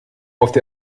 auf